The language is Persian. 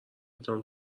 دیدم